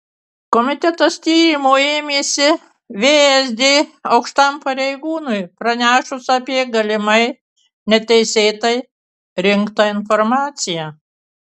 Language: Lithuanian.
komitetas tyrimo ėmėsi vsd aukštam pareigūnui pranešus apie galimai neteisėtai rinktą informaciją